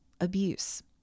abuse